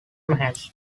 amherst